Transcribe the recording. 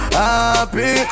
happy